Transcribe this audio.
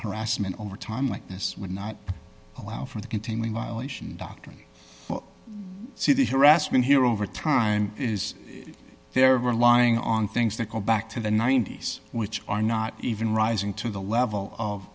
harassment over time like this would not allow for the continuing violation doctrine see the harassment here over time is there were lying on things that go back to the ninety's which are not even rising to the level of